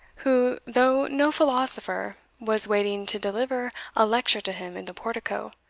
who, though no philosopher, was waiting to deliver a lecture to him in the portico.